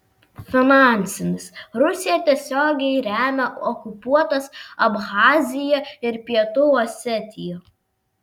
finansinis rusija tiesiogiai remia okupuotas abchaziją ir pietų osetiją